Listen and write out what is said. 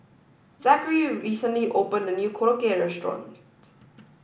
Zackary recently opened a new Korokke restaurant